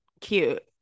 cute